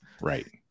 Right